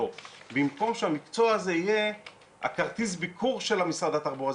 במקום שהמקצוע הזה יהיה כרטיס הביקור של משרד התחבורה.